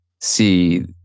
see